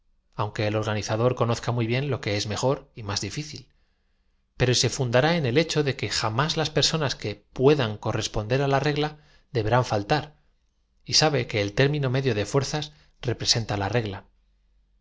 aunque el organizador conozca muy bien lo que es m ejor y más difícil pero se fun dará en el hecho de que jam ás las personas que pue dan corresponder á la regla deberán faltar y sabe que el término medio de fuerzas representa la regla